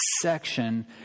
section